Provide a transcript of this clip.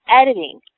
editing